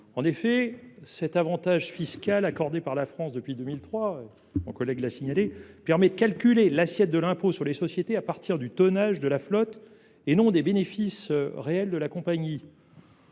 En effet, cet avantage fiscal, accordé par la France depuis 2003 – mon collègue Pierre Barros l’a rappelé –, permet de calculer l’assiette de l’impôt sur les sociétés à partir du tonnage de la flotte et non à partir des bénéfices réels de la compagnie.